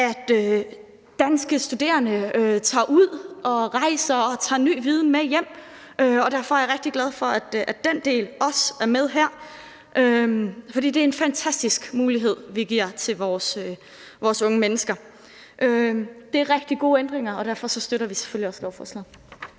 at danske studerende rejser ud og tager ny viden med hjem. Og derfor er jeg rigtig glad for, at den del også er med her. For det er en fantastisk mulighed, vi giver til vores unge mennesker. Det er rigtig gode ændringer, og derfor støtter vi selvfølgelig også lovforslaget.